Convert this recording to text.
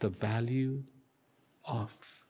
the value of